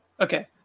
okay